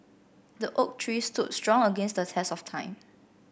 the oak tree stood strong against the test of time